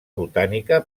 botànica